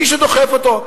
מישהו דוחף אותו.